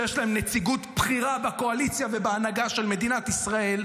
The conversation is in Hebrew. שיש להם נציגות בכירה בקואליציה ובהנהגה של מדינת ישראל,